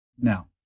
Now